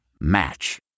Match